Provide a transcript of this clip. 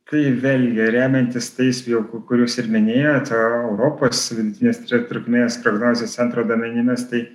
tai vėlgi remiantis tais jau ku kuriuos ir minėjot europos vidutinės tru trukmės prognozės centro duomenimis tai